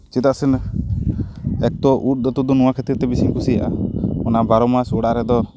ᱪᱮᱫᱟᱜ ᱥᱮ ᱮᱠ ᱛᱚ ᱩᱫ ᱩᱛᱩ ᱫᱚ ᱱᱚᱣᱟ ᱠᱷᱟᱹᱛᱤᱨ ᱛᱮ ᱵᱮᱥᱤᱧ ᱠᱩᱥᱤᱭᱟᱜᱼᱟ ᱚᱱᱟ ᱵᱟᱨᱚ ᱢᱟᱥ ᱚᱲᱟᱜ ᱨᱮ ᱫᱚ